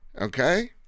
Okay